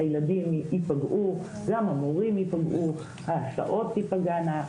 הילדים יפגעו, גם המורים יפגעו, ההסעות תיפגענה.